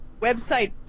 website